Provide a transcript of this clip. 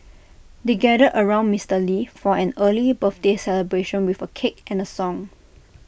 they gathered around Mister lee for an early birthday celebration with A cake and A song